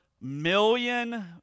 million